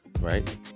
right